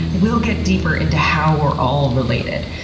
will get deeper into how we're all related.